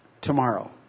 tomorrow